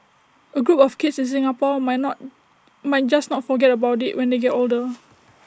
A group of kids in Singapore might not might just not forget about IT when they get older